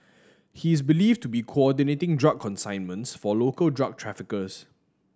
he is believed to be coordinating drug consignments for local drug traffickers